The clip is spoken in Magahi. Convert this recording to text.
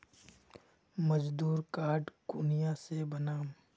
मजदूर कार्ड कुनियाँ से बनाम?